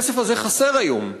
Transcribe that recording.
הכסף הזה חסר היום.